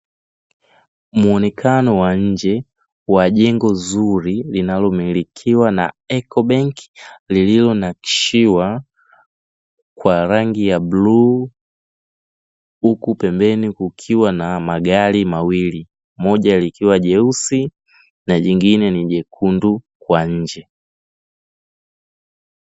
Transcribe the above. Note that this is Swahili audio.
Muonekano wa nje wa jengo zuri linalomilikiwa na eco bank, lilionakishiwa kwa rangi ya bluu, huku pembeni kukiwa na magari mawili moja likiwa jeusi na lingine lekundu kwa nje